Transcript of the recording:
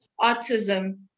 autism